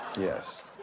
Yes